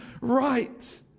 right